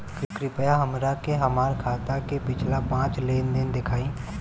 कृपया हमरा के हमार खाता के पिछला पांच लेनदेन देखाईं